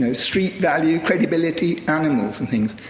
so street value, credibility, animals, and things.